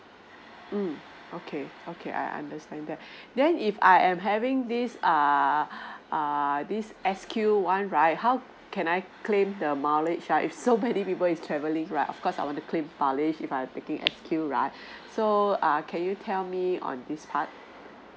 um okay okay I understand that then if I am having this err err this S_Q one right how can I claim the mileage uh if so many people is travelling right of course I want to claim mileage if I'm taking S_Q right so err can you tell me on this part